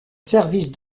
service